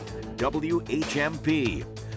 WHMP